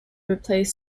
replace